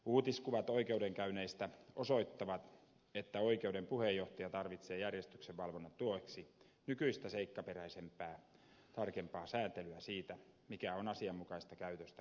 uutiskuvat oikeudenkäynneistä osoittavat että oikeuden puheenjohtaja tarvitsee järjestyksenvalvonnan tueksi nykyistä seikkaperäisempää tarkempaa säätelyä siitä mikä on asianmukaista käytöstä oikeussalissa